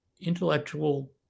Intellectual